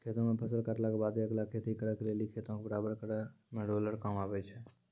खेतो मे फसल काटला के बादे अगला खेती करे लेली खेतो के बराबर करै मे रोलर काम आबै छै